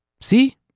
See